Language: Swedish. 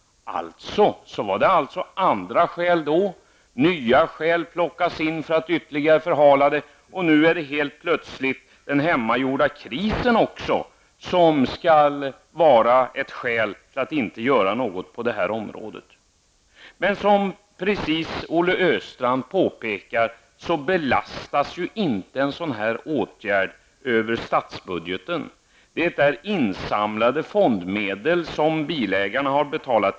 Alltså var det fråga om andra skäl då. Nu plockas nya skäl in för att ytterligare förhala ärendet. Helt plötsligt utgör också den hemmagjorda krisen nu ett skäl till att inte göra något på det här området. Precis som Olle Östrand påpekade innebär en sådan här åtgärd dock inte någon belastning på statsbudgeten. Det handlar om insamlade fondmedel, om pengar som bilägarna har betalat in.